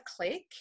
click